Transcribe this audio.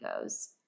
goes